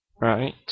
Right